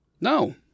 No